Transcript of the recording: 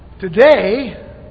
Today